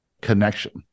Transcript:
connection